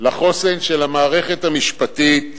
לחוסן של המערכת המשפטית,